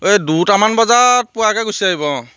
এই দুটামান বজাত পোৱাকৈ গুছি আহিব